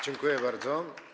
Dziękuję bardzo.